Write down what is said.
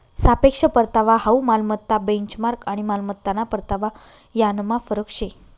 सापेक्ष परतावा हाउ मालमत्ता बेंचमार्क आणि मालमत्ताना परतावा यानमा फरक शे